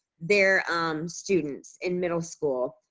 their students in middle school,